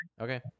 Okay